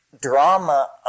drama